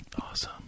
Awesome